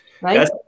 Right